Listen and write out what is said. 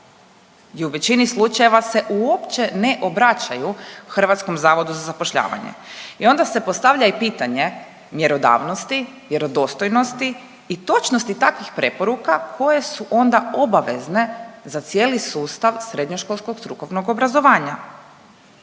i u većini slučajeva se uopće ne obraćaju Hrvatskom zavodu za zapošljavanje. I onda se postavlja i pitanje mjerodavnosti, vjerodostojnosti i točnosti takvih preporuka koje su onda obavezne za cijeli sustav srednjoškolskog strukovnog obrazovanja.